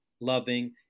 loving